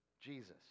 Jesus